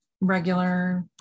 regular